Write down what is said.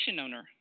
owner